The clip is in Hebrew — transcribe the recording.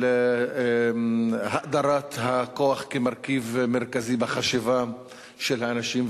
של האדרת הכוח כמרכיב מרכזי בחשיבה של האנשים,